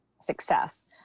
success